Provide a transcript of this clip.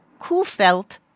Kufelt